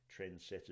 trendsetters